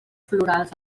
florals